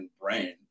brain